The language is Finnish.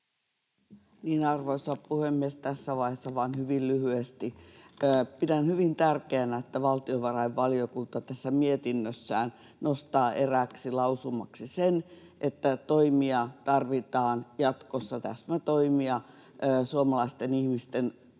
Arvoisa puhemies! Tässä vaiheessa vain hyvin lyhyesti: Pidän hyvin tärkeänä, että valtiovarainvaliokunta tässä mietinnössään nostaa erääksi lausumaksi sen, että jatkossa tarvitaan toimia, täsmätoimia, suomalaisten ihmisten ostovoiman